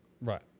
Right